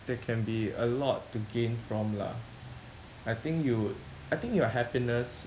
there can be a lot to gain from lah I think you would I think your happiness